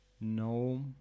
No